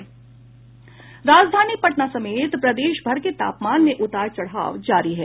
राजधानी पटना समेत प्रदेश भर के तापमान में उतार चढ़ाव जारी है